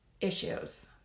issues